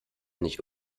nicht